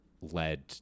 led